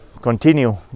continue